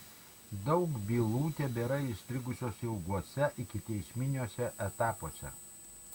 daug bylų tebėra įstrigusios ilguose ikiteisminiuose etapuose